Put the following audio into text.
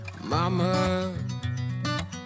Mama